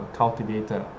cultivator